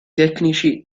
tecnici